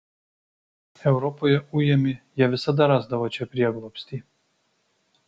europoje ujami jie visada rasdavo čia prieglobstį